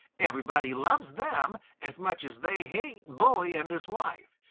everybody loves them as much as they hate bully and his wife.